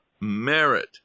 merit